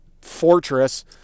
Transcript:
fortress